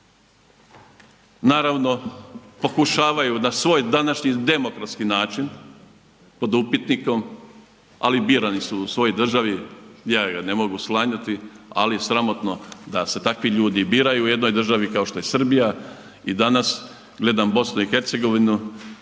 Naravno pokušavaju na svoj današnji demokratski način pod upitnikom, ali birani su u svojoj državi, ja joj ne mogu … ali sramotno da se takvi ljudi biraju u jednoj državi kao što je Srbija. I danas gledam BiH i Srpsku